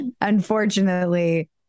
unfortunately